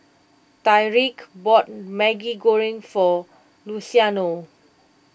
Tyreek bought Maggi Goreng for Luciano